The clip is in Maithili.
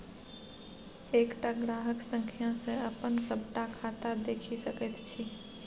एकटा ग्राहक संख्या सँ अपन सभटा खाता देखि सकैत छी